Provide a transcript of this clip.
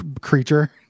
creature